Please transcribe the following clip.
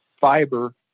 fiber